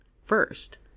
First